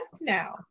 now